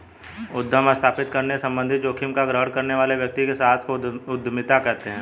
उद्यम स्थापित करने संबंधित जोखिम का ग्रहण करने वाले व्यक्ति के साहस को उद्यमिता कहते हैं